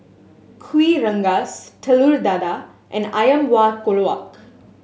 Kuih Rengas Telur Dadah and Ayam Buah Keluak